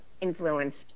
influenced